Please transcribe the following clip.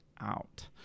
out